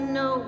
no